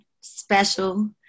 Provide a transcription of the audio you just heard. special